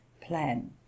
plan